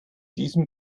diesen